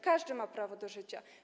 Każdy ma prawo do życia.